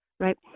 right